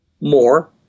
more